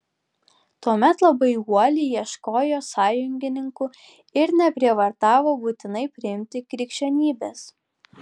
tuomet labai uoliai ieškojo sąjungininkų ir neprievartavo būtinai priimti krikščionybės